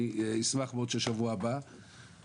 אשמח ששבוע הבא זה יעלה,